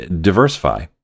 diversify